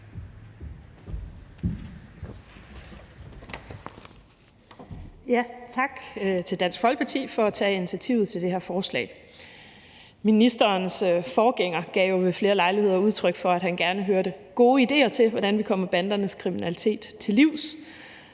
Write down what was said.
Tak til Dansk Folkeparti for at tage initiativet til det her forslag. Ministerens forgænger gav jo ved flere lejligheder udtryk for, at han gerne hørte gode idéer til, hvordan vi kommer bandernes kriminalitet til livs,